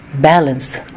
balance